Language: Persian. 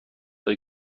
های